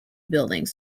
buildings